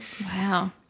Wow